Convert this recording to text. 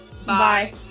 Bye